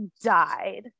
died